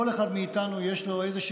לכל אחד מאיתנו יש כישורים,